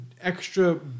extra